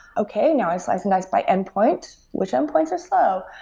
okay, now i slice and dice by endpoints. which endpoints are slow?